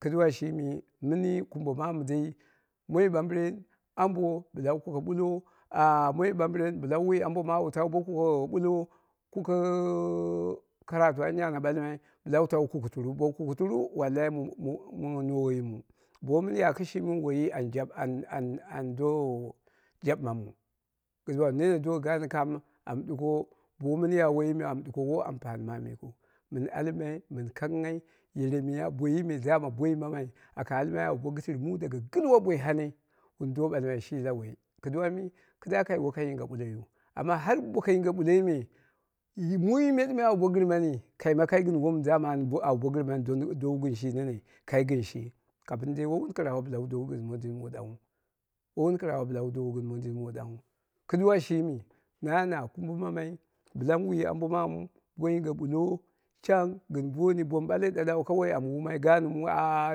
Kɨduwa shimi, mɨni kumbo mamu dei mono ɓambɨren, ambo bɨla wu kuke ɓullo a moiɓamɓɨren bɨla wu wi ambo maamu tawu bo kuke ɓullo, kukee karatu anya ana ɓalmai bɨla wu tawu kukuturu bowu kukuturu wallahi mɨ nowe yimau bo womin ya kɨshimiu woiyi an jaɓɨma aa an do jaɓɨmamu, kɨduwa nene do gim kam an ɗuko bo womin ya woiyi meu an ɗuko woi ampani mani yikiu. Mɨn alma mɨn kangnghai yere miya boiyi daman boi mammai aka almai awu bo gɨtu mu gɨlwa boi hane wun do ɓalmai shi na boi kɨduwa mɨ, kɨduwa kai woi ka yinga ɓulloiyu amma har boko yinge ɓulloi me, mai me daman au bo gɨrmani kaima kai gɨn wom daman awu bo gɨmani dowu gɨn shi nene kai gɨn shi ka bɨn dai woi wun kɨrawa bɨla dowunu gɨn mondin mu ɗangnghu woi wun kɨrawa wu dowunu gɨn mondin mu dangnghu, kɨduwa shima na na kumbɨ mamai bɨla mɨ wi ambo maa mu bo yinge ɓullo shang gɨn bonni bomu ɓale ɗaɗau kawai am wuumai gaanmu ah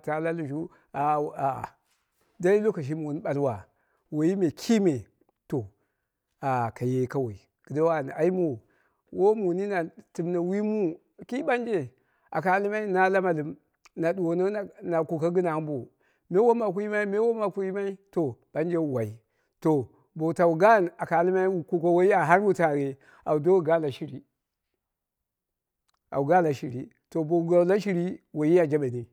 ta la lushu, ah ah dai loka shi mɨ wun ɓalwa woiyi me kime, to ah kaye kawai kɨduwa an aimowu wo mu nini an timne wi mu, ki ɓanje aka almai na namalɨm na ɗuwono na kuke ko ambo, me wom aku yimai, me wom aku yimai, to ɓanje wu wai, to bowu tawu gaan aka almai wu kuke woiyi har wu tawe au do ga la shiri, au ga la shiri, to bowu gawu la shiri woiyi a jabeni